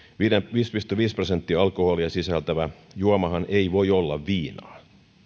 viisi pilkku viisi prosenttia alkoholia sisältävä juomahan ei voi olla viinaa